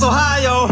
Ohio